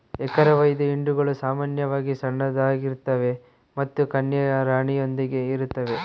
ಎರಕಹೊಯ್ದ ಹಿಂಡುಗಳು ಸಾಮಾನ್ಯವಾಗಿ ಸಣ್ಣದಾಗಿರ್ತವೆ ಮತ್ತು ಕನ್ಯೆಯ ರಾಣಿಯೊಂದಿಗೆ ಇರುತ್ತವೆ